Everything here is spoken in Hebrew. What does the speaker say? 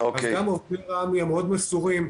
אז גם העובדים --- מאוד מסורים,